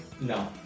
No